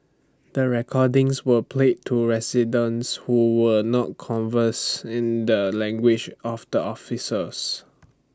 the recordings were played to residents who were not converse in the language of the officers